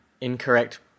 incorrect